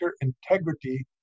Integrity